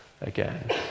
again